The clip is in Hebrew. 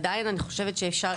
עדיין אני חושבת שאפשר,